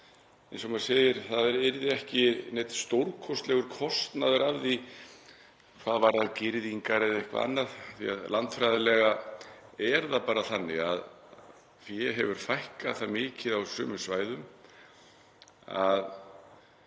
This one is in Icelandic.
Eins og maður segir, það yrði ekki neinn stórkostlegur kostnaður af því hvað varðar girðingar eða eitthvað annað, því að landfræðilega er það bara þannig að fé hefur fækkað það mikið á sumum svæðum að